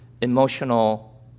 emotional